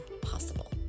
possible